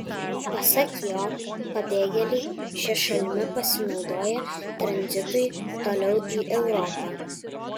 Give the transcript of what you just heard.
pasak jo pabėgėliai šia šalimi pasinaudoja tranzitui toliau į europą